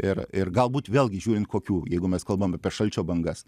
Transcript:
ir ir galbūt vėlgi žiūrint kokių jeigu mes kalbam apie šalčio bangas